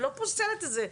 אני לא פוסלת את זה.